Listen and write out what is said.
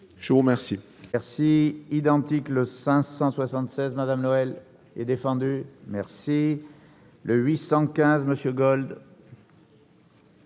je vous remercie